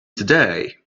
today